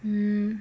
mm